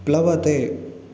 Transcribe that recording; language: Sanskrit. प्लवते